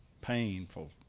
painful